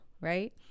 right